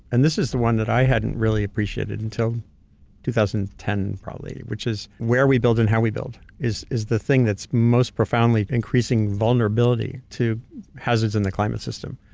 and this is the one that i hadn't really appreciated until two thousand and ten probably. which is, where we build and how we build, is is the thing that's most profoundly increasing vulnerability to hazards in the climate system.